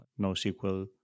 NoSQL